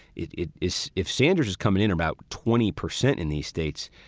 it it is if sanders is coming in about twenty percent in these states,